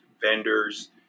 vendors